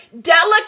Delicate